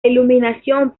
iluminación